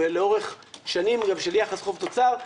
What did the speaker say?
ולאורך שנים גם של יחס חוב תוצר,